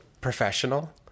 professional